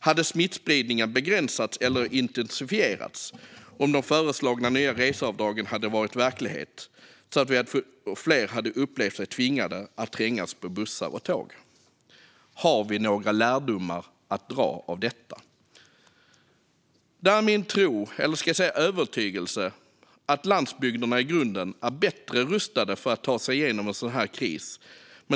Hade smittspridningen begränsats eller intensifierats om de föreslagna nya reseavdragen hade varit verklighet så att fler hade upplevt sig tvingade att trängas på bussar och tåg? Har vi några lärdomar att dra av detta? Det är min tro, eller ska jag säga övertygelse, att landsbygderna i grunden är bättre rustade för att ta sig igenom en sådan här kris.